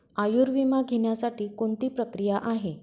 आयुर्विमा घेण्यासाठी कोणती प्रक्रिया आहे?